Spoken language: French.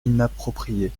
inapproprié